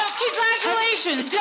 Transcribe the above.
congratulations